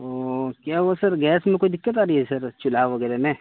کیا ہوا sir gas میں کوئی دقت آ رہی ہے سر چولہا وغیرہ میں